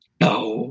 No